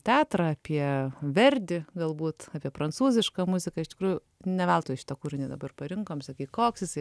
teatrą apie verdį galbūt apie prancūzišką muziką iš tikrųjų ne veltui šitą kūrinį dabar parinkom sakei koks jisai